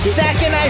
second